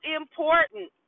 important